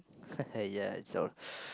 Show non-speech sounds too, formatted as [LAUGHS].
[LAUGHS] ya that's all [BREATH]